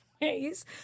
ways